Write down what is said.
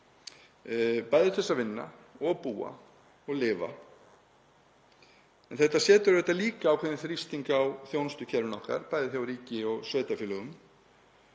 bæði til að vinna og búa og lifa. En þetta setur auðvitað líka ákveðinn þrýsting á þjónustukerfin okkar, bæði hjá ríki og sveitarfélögum,